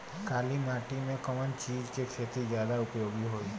काली माटी में कवन चीज़ के खेती ज्यादा उपयोगी होयी?